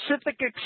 specific